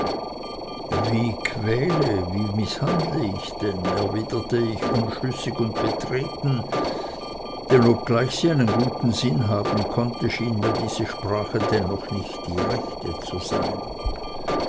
wie quäle wie mißhandle ich denn erwiderte ich unschlüssig und betreten denn obgleich sie einen guten sinn haben konnte schien mir diese sprache dennoch nicht die rechte zu sein